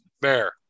Bear